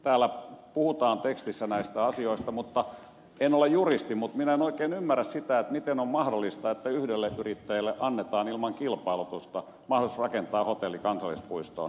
täällä puhutaan tekstissä näistä asioista ja en ole juristi mutta minä en oikein ymmärrä sitä miten on mahdollista että yhdelle yrittäjälle annetaan ilman kilpailutusta mahdollisuus rakentaa hotelli kansallispuistoon